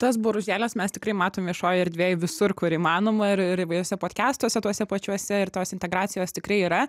tas boružėles mes tikrai matome viešojoj erdvėj visur kur įmanoma ir įvairiuose podkestuose tuose pačiuose ir tos integracijos tikrai yra